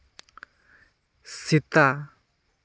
ᱥᱮᱛᱟ